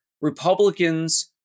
Republicans